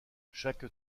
chaque